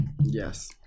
Yes